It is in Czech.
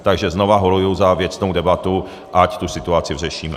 Takže znovu horuji za věcnou debatu, ať tu situaci řešíme.